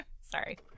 Sorry